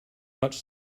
much